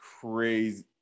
crazy